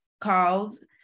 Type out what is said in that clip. calls